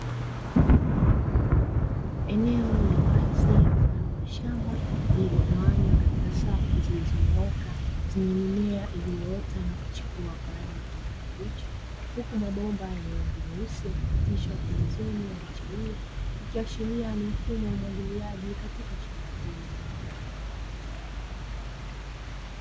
Eneo la wazi mfano shamba niligawanywa katika safu zilizonyoka zenye mimea, iliyoota na kuchipua kwa rangi ya kijani kibichi huku mabomba yenye rangi nyeusi akipitishwa mwanzoni wamechelewa ni mfumo wa ubadilishaji katika shamba hilo.